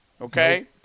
okay